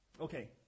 Okay